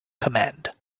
command